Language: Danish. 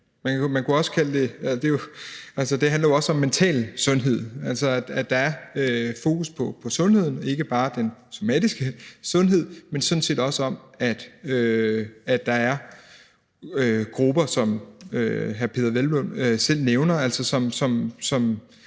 Det handler jo også om mental sundhed, altså at der er fokus på sundheden – ikke bare den somatiske sundhed, men sådan set også det, at der er grupper, som hr. Peder Hvelplund selv nævner,